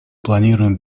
планируем